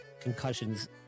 concussions